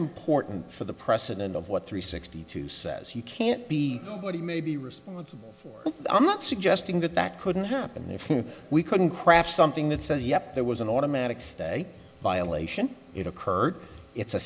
important for the precedent of what three sixty two says you can't be but he may be responsible i'm not suggesting that that couldn't happen if we couldn't craft something that says yet there was an automatic stay by a lation it occurred it's a